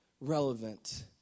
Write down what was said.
relevant